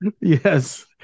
yes